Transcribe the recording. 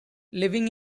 living